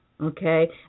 okay